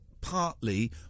partly